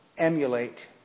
emulate